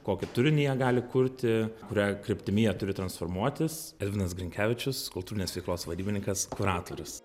kokį turinį jie gali kurti kuria kryptimi jie turi transformuotis edvinas grinkevičius kultūrinės veiklos vadybininkas kuratorius